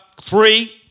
three